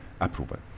approval